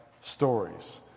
stories